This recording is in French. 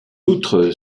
outre